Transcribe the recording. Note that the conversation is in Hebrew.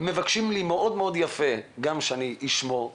מבקשים ממני מאוד יפה שאני אשמור אותם.